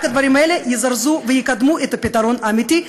רק הדברים האלה יזרזו ויקדמו את הפתרון האמיתי,